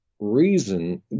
reason